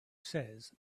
says